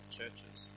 churches